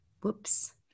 whoops